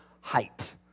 height